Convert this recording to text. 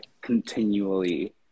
continually